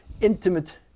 intimate